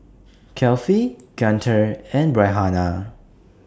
Kefli Guntur and Raihana